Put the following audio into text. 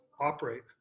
operate